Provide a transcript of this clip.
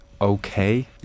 okay